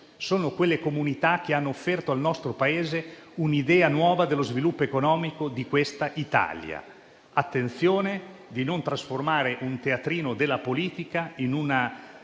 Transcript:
sono le comunità che hanno offerto al nostro Paese un'idea nuova dello sviluppo economico dell'Italia. Facciamo attenzione a non trasformare tutto in un teatrino della politica, in una